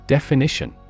Definition